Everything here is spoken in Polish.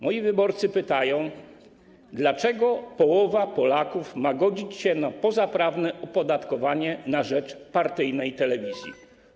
Moi wyborcy pytają: Dlaczego połowa Polaków ma godzić się na pozaprawne opodatkowanie na rzecz partyjnej telewizji?